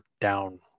down